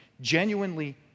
genuinely